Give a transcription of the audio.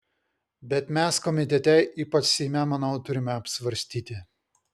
bet mes komitete ypač seime manau turime apsvarstyti